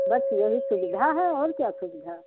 बस यहीं सुविधा है और क्या सुविधा है